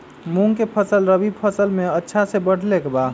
मूंग के फसल रबी मौसम में अच्छा से बढ़ ले का?